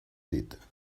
dit